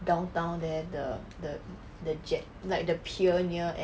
downtown there the the jet like the pier near